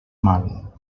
mal